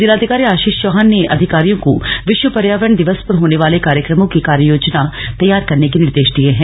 जिलाधिकारी आशीष चौहान ने अधिकारियों को विश्व पर्यावरण दिवस पर होने वाले कार्यक्रमों की कार्य योजना तैयार करने के निर्देश दिये हैं